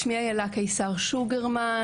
שמי אילה קיסר שוגרמן,